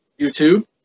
YouTube